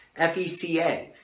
FECA